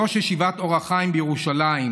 ראש ישיבת אור החיים בירושלים,